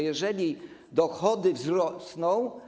Jeżeli dochody wzrosną.